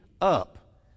up